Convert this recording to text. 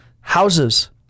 Houses